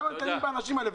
למה מתעללים באנשים האלה?